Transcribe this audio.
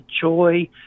joy